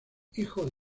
hijo